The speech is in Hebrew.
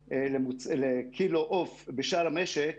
ש"ח לקילו עוף בשאר המשק,